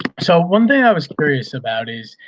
so, one thing i was curious about is,